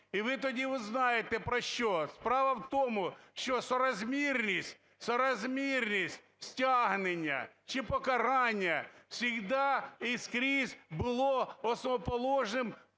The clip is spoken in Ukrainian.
і ви тоді узнаєте про що. Справа в тому, що соразмірность стягнення чи покарання всегда і скрізь було основоположним